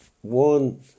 one